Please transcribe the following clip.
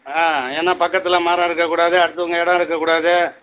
ஆ ஏனால் பக்கத்தில் மரம் இருக்கக்கூடாது அடுத்தவங்க இடம் இருக்கக்கூடாது